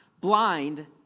blind